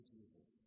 Jesus